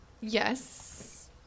Yes